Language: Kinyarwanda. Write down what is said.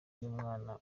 y’umwana